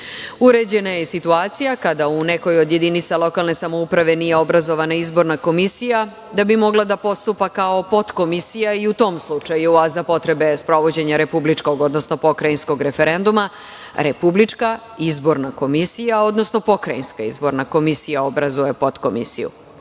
je situacija kada u nekoj od jedinica lokalne samouprave nije obrazovana izborna komisija da bi mogla da postupa kao potkomisija i u tom slučaju, a za potrebe sprovođenja republičkog, odnosno pokrajinskog referenduma Republička izborna komisija, odnosno Pokrajinska izborna komisija obrazuje potkomisiju. Pravo